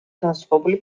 განსხვავებული